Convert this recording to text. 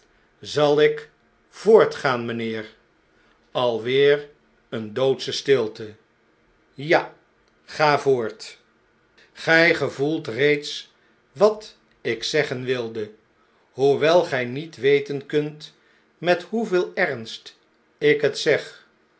zal ik voortgaan mynheer alweer eene doodsche stilte ja ga voort gij gevoelt reeds wat ik zeggen wilde hoewel gij niet weten kunt met hoeveel ernst ik het zeg